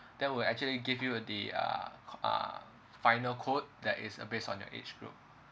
that will actually you the uh q~ uh final code that is uh based on your age group